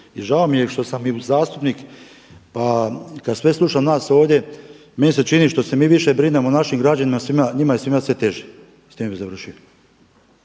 žao mi je što sam i zastupnik pa kad sve slušam nas ovdje, meni se čini što se mi više brinemo o našim građanima, njima je svima sve teže. S time bih završio.